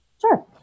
Sure